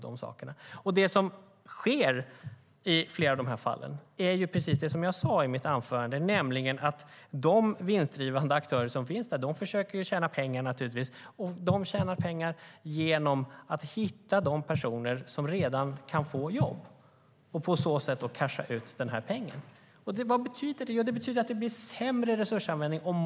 Det som sker i flera av dessa fall är ju precis det som jag sa i mitt anförande, nämligen att de vinstdrivande aktörerna försöker tjäna pengar genom att hitta de personer som ändå kan få jobb och på så sätt kan de casha ut pengen. Det betyder att det blir sämre resursanvändning.